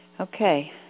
Okay